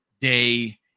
day